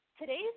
today's